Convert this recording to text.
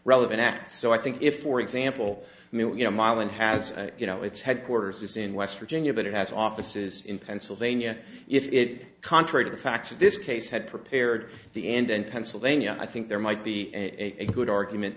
relevant act so i think if for example you know milan has you know its headquarters is in west virginia but it has offices in pennsylvania if it contrary to the facts of this case had prepared the end in pennsylvania i think there might be a good argument